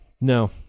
no